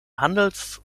handels